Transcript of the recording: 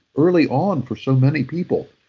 early on for so many people.